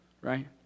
right